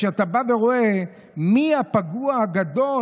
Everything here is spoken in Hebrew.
כשאתה בא ורואה מי הפגוע הגדול,